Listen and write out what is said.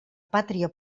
pàtria